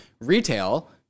retail